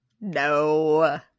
No